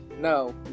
No